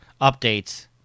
updates